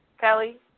Kelly